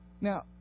Now